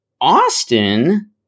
Austin